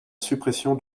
suppression